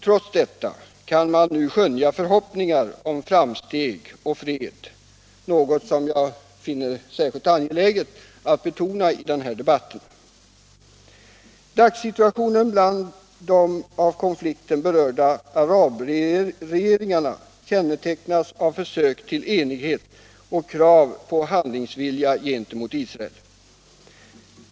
Trots det kan man skönja förhoppningar om framsteg och fred, något som jag finner det särskilt angeläget att betona i den här debatten. Dagssituationen bland de av konflikten berörda arabregeringarna kännetecknas av försök till enighet och krav på handlingsvilja gentemot Israel.